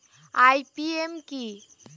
IPM কি?